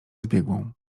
zbiegłą